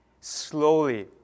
slowly